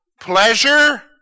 Pleasure